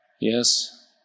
yes